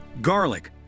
garlic